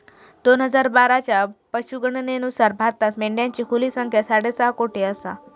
दोन हजार बाराच्या पशुगणनेनुसार भारतात मेंढ्यांची खुली संख्या साडेसहा कोटी आसा